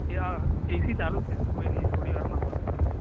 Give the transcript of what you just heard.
એ હા એસી ચાલું જ છે કોઇ નહીં થોડી વારમાં હવા આવશે એ તો